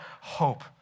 hope